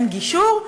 אין גישור,